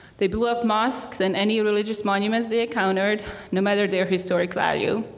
they blew up mosques and any religious monuments they encountered no matter their historic value.